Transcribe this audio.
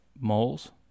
Moles